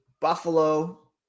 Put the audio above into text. Buffalo